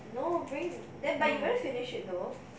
oh great but can you finish it though